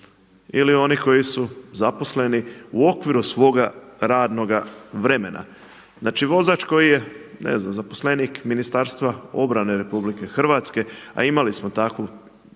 ili oni koji su zaposleni u okviru svoga radnoga vremena. Znači vozač koji je, ne znam, zaposlenik Ministarstva obrane RH, a imali smo takav